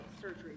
surgery